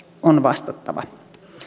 on vastattava